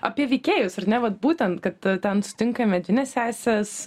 apie veikėjus ar ne vat būtent kad ten sutinkame dvynes seses